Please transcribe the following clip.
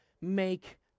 make